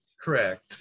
correct